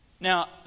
Now